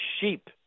sheep